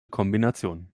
kombination